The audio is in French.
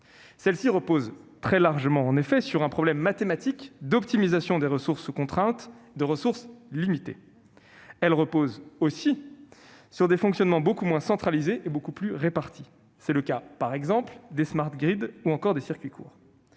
Celle-ci repose très largement, en effet, sur un problème mathématique d'optimisation des ressources sous contrainte, s'agissant de ressources limitées. Elle repose aussi sur des fonctionnements beaucoup moins centralisés et beaucoup plus répartis- c'est le cas par exemple des ou encore des circuits courts.